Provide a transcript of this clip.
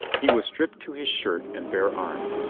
he was stripped to his shirt and bare armed,